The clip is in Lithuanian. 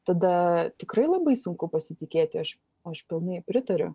tada tikrai labai sunku pasitikėti aš aš pilnai pritariu